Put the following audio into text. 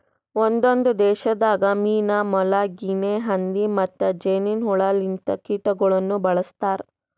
ಒಂದೊಂದು ದೇಶದಾಗ್ ಮೀನಾ, ಮೊಲ, ಗಿನೆ ಹಂದಿ ಮತ್ತ್ ಜೇನಿನ್ ಹುಳ ಲಿಂತ ಕೀಟಗೊಳನು ಬಳ್ಸತಾರ್